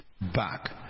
back